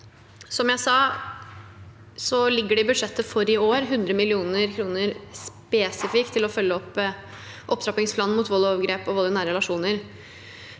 Som jeg sa, ligger det i budsjettet for i år inne 100 mill. kr spesifikt til å følge opp opptrappingsplanen mot vold og overgrep og vold i nære relasjoner.